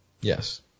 yes